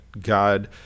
God